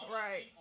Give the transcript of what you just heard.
right